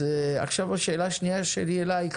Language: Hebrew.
השאלה השנייה אליך.